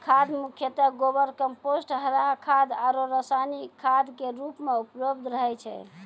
खाद मुख्यतः गोबर, कंपोस्ट, हरा खाद आरो रासायनिक खाद के रूप मॅ उपलब्ध रहै छै